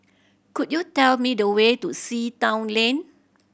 could you tell me the way to Sea Town Lane